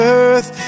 earth